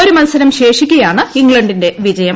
ഒരു മത്സരം ശേഷിക്കെയാണ് ഇംഗ്ലണ്ടിന്റെ വിജയം